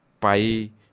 pai